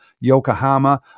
Yokohama